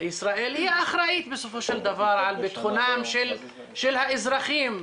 היא האחראית על ביטחונם של האזרחים,